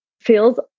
feels